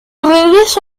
regreso